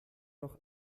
noch